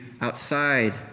outside